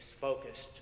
focused